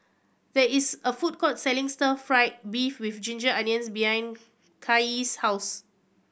there is a food court selling Stir Fry beef with ginger onions behind Kaye's house